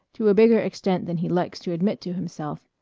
to a bigger extent than he likes to admit to himself,